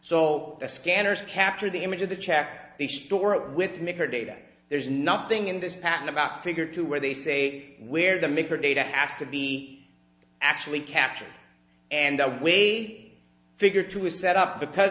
so the scanners capture the image of the chap they store it with maker data there's nothing in this pattern about figure two where they say where the maker data has to be actually captured and the way figure two is set up because